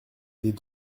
des